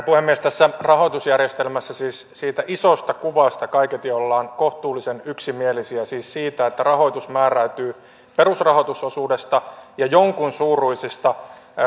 puhemies tässä rahoitusjärjestelmässä siis siitä isosta kuvasta kaiketi ollaan kohtuullisen yksimielisiä siis siitä että rahoitus määräytyy perusrahoitusosuudesta ja jonkunsuuruisista